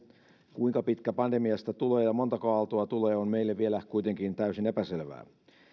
kuinka pitkä pandemiasta tulee ja montako aaltoa tulee on meille vielä kuitenkin täysin epäselvää